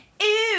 ew